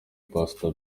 pastor